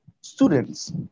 students